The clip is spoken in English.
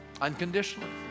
unconditionally